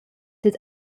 dad